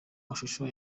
mashusho